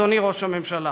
אדוני ראש הממשלה.